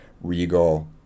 regal